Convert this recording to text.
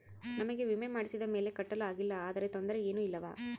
ನಮಗೆ ವಿಮೆ ಮಾಡಿಸಿದ ಮೇಲೆ ಕಟ್ಟಲು ಆಗಿಲ್ಲ ಆದರೆ ತೊಂದರೆ ಏನು ಇಲ್ಲವಾ?